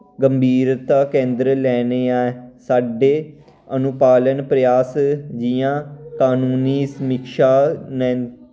गंभीरता केंदर लैने आं साढ़े अनुपालन प्रयास जि'यां कानूनी समीक्षा में